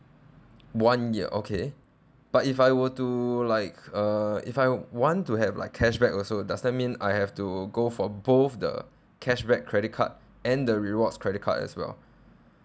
one year okay but if I were to like uh if I want to have like cashback also does that mean I have to go for both the cashback credit card and the rewards credit card as well